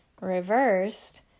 reversed